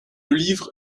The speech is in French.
livre